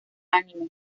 anime